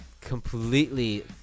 completely